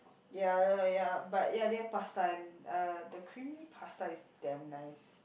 ya ya but ya they have pasta and eh the creamy pasta is damn nice